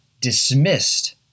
dismissed